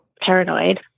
paranoid